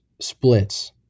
splits